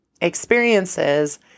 experiences